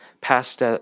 passed